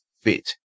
fit